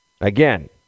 Again